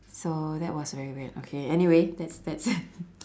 so that was very weird okay anyway that's that's